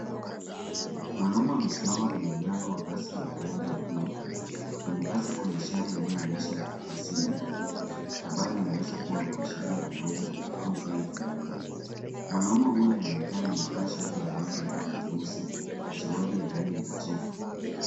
Mwanaume amesimama kwenye mlango wa basi la rangi ya buluu. Kwenye basi kuna ishara inayoonyesha hamsini ambayo inaweza kuwa kuashiria nauli au bei fulani. Mwanaume huyo anaonekana amevaa shati ya rangi ya nyeusi na suruali ya rangi ya kijivu.